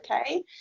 okay